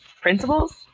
Principles